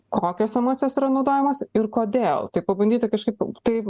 kokios emocijos yra naudojamos ir kodėl tai pabandyti kažkaip tai